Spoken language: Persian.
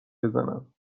بزنم